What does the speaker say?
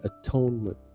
atonement